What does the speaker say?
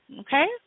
Okay